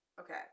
Okay